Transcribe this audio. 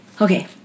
Okay